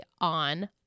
on